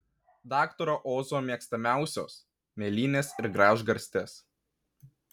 daktaro ozo mėgstamiausios mėlynės ir gražgarstės